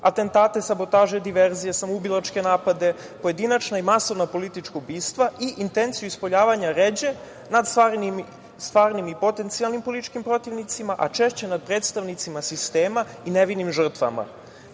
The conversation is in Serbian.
atentate, sabotaže, diverzije, samoubilačke napade, pojedinačna i masovna politička ubistva i intenciju ispoljavanja ređe nad stvarnih i potencijalnim političkim protivnicima, a češće nad predstavnicima sistema i nevinim žrtvama.